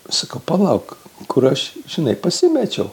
sakau palauk kur aš žinai pasimečiau